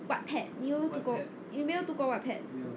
wattpad 你有读过你没有读过 wattpad